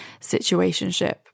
situationship